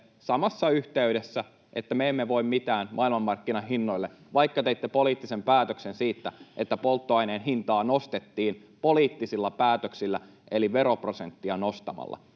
samassa yhteydessä, että me emme voi mitään maailmanmarkkinahinnoille, vaikka teitte poliittisen päätöksen siitä, että polttoaineen hintaa nostettiin, poliittisilla päätöksillä eli veroprosenttia nostamalla.